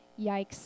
Yikes